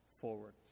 forward